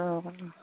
অঁ